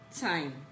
time